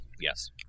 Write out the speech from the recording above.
Yes